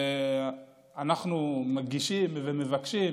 ואנחנו מגישים ומבקשים,